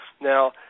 Now